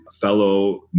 fellow